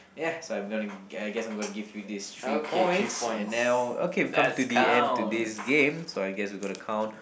yeah so I'm gonna I guess I'm gonna give you this three points and now okay we've come to the end today's game so I guess we gonna count